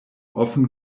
often